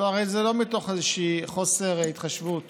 הרי זה לא מתוך איזשהו חוסר התחשבות